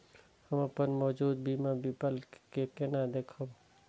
हम अपन मौजूद बीमा विकल्प के केना देखब?